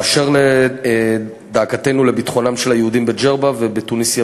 באשר לדאגתנו לביטחונם של היהודים בג'רבה ובתוניסיה